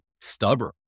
stubborn